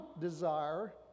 desire